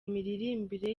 miririmbire